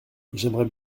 j’aimerais